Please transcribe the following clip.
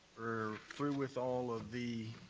we're through with all of the